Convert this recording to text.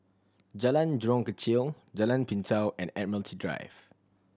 Jalan Jurong Kechil Jalan Pintau and Admiralty Drive